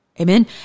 Amen